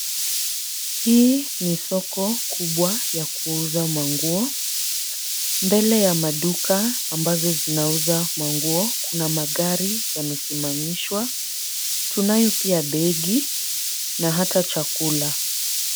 Hii ni soko kubwa ya kuuza manguo, mbele ya maduka ambazo zina uza manguo, kuna magari yamesimamishwa , tunayo pia begi na hata chakula.